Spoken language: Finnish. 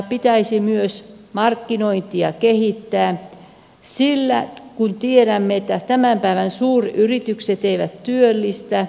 pitäisi myös markkinointia kehittää sillä tiedämme että tämän päivän suuryritykset eivät työllistä